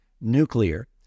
nuclear